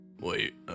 Wait